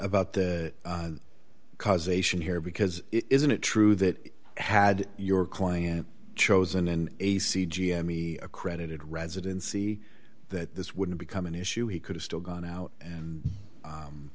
about the causation here because isn't it true that had your client chosen in a c g m e accredited residency that this wouldn't become an issue he could have still gone out and